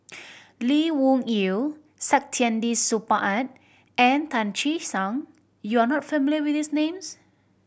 Lee Wung Yew Saktiandi Supaat and Tan Che Sang you are not familiar with these names